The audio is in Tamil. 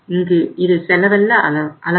இங்கு இது செலவல்ல அளவு